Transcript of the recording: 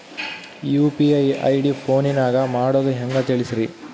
UPI ID ಫೋನಿನಾಗ ಮಾಡೋದು ಹೆಂಗ ತಿಳಿಸ್ರಿ?